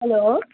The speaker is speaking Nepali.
हेलो